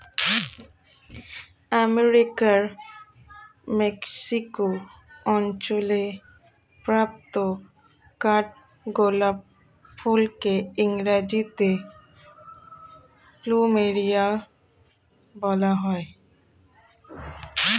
আমেরিকার মেক্সিকো অঞ্চলে প্রাপ্ত কাঠগোলাপ ফুলকে ইংরেজিতে প্লুমেরিয়া বলা হয়